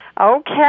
Okay